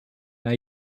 now